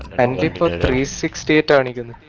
and sixty two, and and and